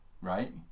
right